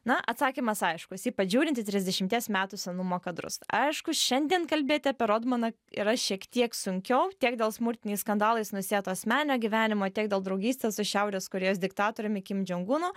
na atsakymas aiškus ypač žiūrint į trisdešimties metų senumo kadrus aišku šiandien kalbėti apie rodmaną yra šiek tiek sunkiau tiek dėl smurtiniais skandalais nusėto asmeninio gyvenimo tiek dėl draugystės su šiaurės korėjos diktatoriumi kim džiong unu